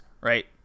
right